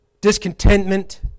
discontentment